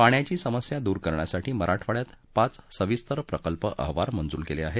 पाण्याची समस्या दूर करण्यासाठी मराठवाङ्यात पाच सविस्तर प्रकल्प अहवाल मंजूर केले आहेत